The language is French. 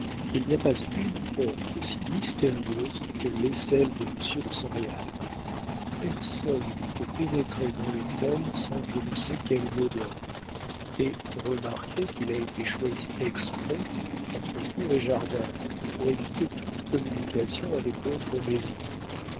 qu'il n'y a pas une porte aussi mystérieuse que l'est celle de monsieur de san réal personne ne peut pénétrer dans l'hôtel sans je ne sais quel mot d'ordre et remarquez qu'il a été choisi exprès entre cour et jardin pour éviter toute communication avec d'autres maisons